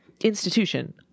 institution